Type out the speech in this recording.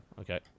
Okay